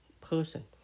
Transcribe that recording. person